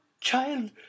child